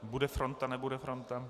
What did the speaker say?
Bude fronta, nebude fronta?